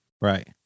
Right